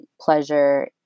pleasure